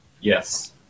Yes